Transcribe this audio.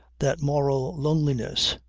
that moral loneliness,